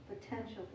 potential